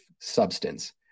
substance